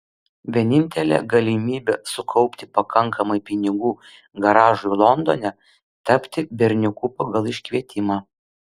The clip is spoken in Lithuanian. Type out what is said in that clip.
vienintelė galimybė sukaupti pakankamai pinigų garažui londone tapti berniuku pagal iškvietimą